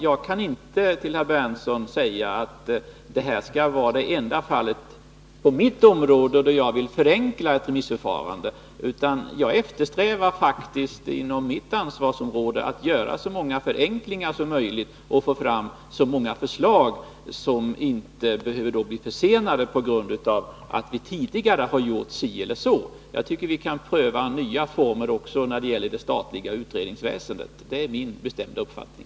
Jag kan inte säga till herr Berndtson att detta skall vara det enda fall då jag vill förenkla ett remissförfarande, utan jag eftersträvar faktiskt att inom mitt ansvarsområde göra så många förenklingar som möjligt och få fram förslag som inte behöver bli försenade på grund av att vi tidigare har gjort si eller så. Jag tycker att vi kan pröva nya former också när det gäller det statliga utredningsväsendet — det är min bestämda uppfattning.